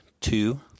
two